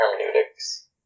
hermeneutics